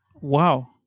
Wow